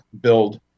build